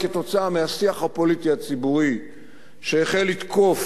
כתוצאה מהשיח הפוליטי הציבורי שהחל לתקוף